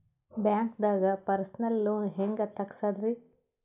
ಬ್ಯಾಂಕ್ದಾಗ personal loan ಹೆಂಗ್ ತಗ್ಸದ್ರಿ?